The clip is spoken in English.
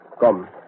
Come